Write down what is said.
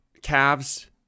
Cavs